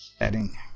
adding